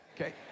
okay